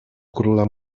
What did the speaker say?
króla